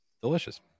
Delicious